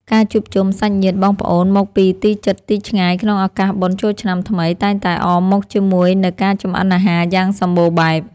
ការជួបជុំសាច់ញាតិបងប្អូនមកពីទីជិតទីឆ្ងាយក្នុងឱកាសបុណ្យចូលឆ្នាំថ្មីតែងតែអមមកជាមួយនូវការចម្អិនអាហារយ៉ាងសម្បូរបែប។